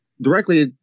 directly